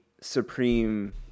Supreme